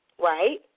right